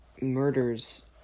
murders